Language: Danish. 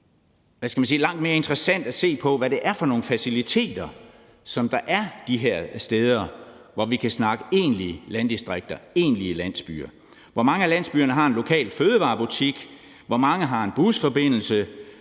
mening langt mere interessant at se på, hvad det er for nogle faciliteter, der er de her steder, hvor vi kan snakke om egentlige landdistrikter og egentlige landsbyer. Hvor mange af landsbyerne har en lokal fødevarebutik? Hvor mange har en busforbindelse